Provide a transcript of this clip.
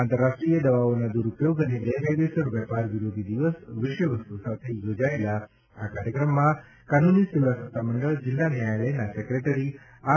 આંતરરાષ્ટ્રીય દવાઓના દુરૂપયોગ અને ગેરકાયદેસર વેપાર વિરોધી દિવસ વિષય વસ્તુ સાથે યોજાયેલા આ કાર્યક્રમમાં કાનૂની સેવા સત્તામંડળ જિલ્લા ન્યાયાલયના સેક્રેટરી આર